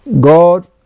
God